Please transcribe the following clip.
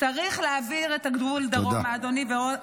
צריך להעביר את הגבול דרומה, אדוני.